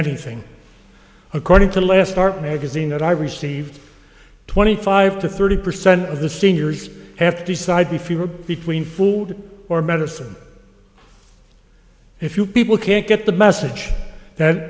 anything according to the last start magazine that i've received twenty five to thirty percent of the seniors have to decide if you are between food or medicine if you people can't get the message that